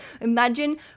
Imagine